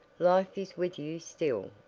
life is with you still.